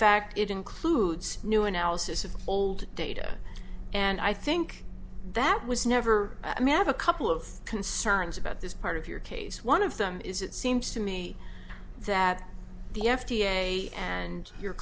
fact it includes new analysis of old data and i think that was never mad a couple of concerns about this part of your case one of them is it seems to me that the f d a and your